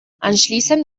anschließend